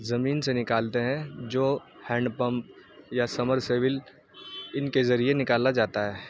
زمین سے نکالتے ہیں جو ہینڈ پمپ یا سمرسیول ان کے ذریعے نکالا جاتا ہے